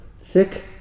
Thick